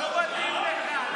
לא מתאים לך.